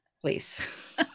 please